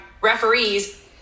referees